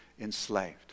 enslaved